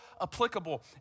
applicable